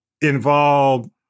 involved